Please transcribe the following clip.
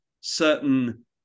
certain